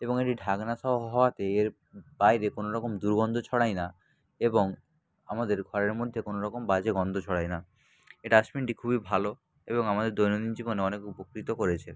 এবং এটি ঢাকনা সহ হওয়াতে এর বাইরে কোনো রকম দুর্গন্ধ ছড়ায় না এবং আমাদের ঘরের মধ্যে কোনো রকম বাজে গন্ধ ছড়ায় না এ ডাস্টবিনটি খুবই ভালো এবং আমাদের দৈনন্দিন জীবনে অনেক উপকৃত করেছে